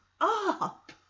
up